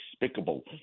despicable